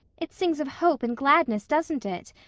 it sings of hope and gladness, doesn't it?